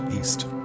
east